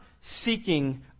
seeking